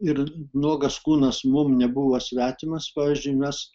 ir nuogas kūnas mum nebuvo svetimas pavyzdžiui mes